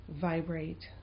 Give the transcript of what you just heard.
vibrate